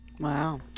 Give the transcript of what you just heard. Wow